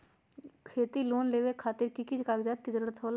खेती लोन लेबे खातिर की की कागजात के जरूरत होला?